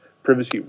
Privacy